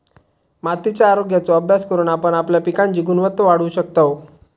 मातीच्या आरोग्याचो अभ्यास करून आपण आपल्या पिकांची गुणवत्ता वाढवू शकतव